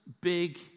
big